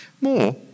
More